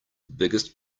biggest